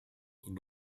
und